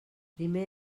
primer